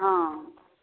हँ